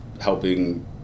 helping